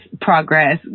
progress